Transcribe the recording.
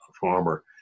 Farmer